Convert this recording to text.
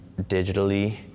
digitally